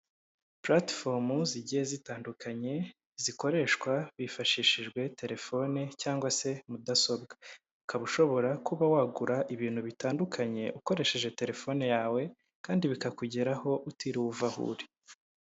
Puratifomu zigiye zitandukanye zikoreshwa hifashishijwe telefoni cyangwa se mudasobwa, ukaba ushobora kuba wagura ibintu bitandukanye ukoresheje telefone yawe kandi bikakugeraho utiriwi uva aho uri.